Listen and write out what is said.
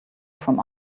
from